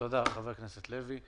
תודה, חבר הכנסת לוי.